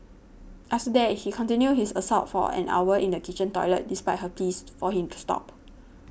after that he continued his assault for an hour in the kitchen toilet despite her pleas for him to stop